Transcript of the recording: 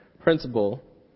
principle